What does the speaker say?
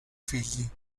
figli